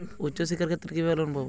উচ্চশিক্ষার ক্ষেত্রে কিভাবে লোন পাব?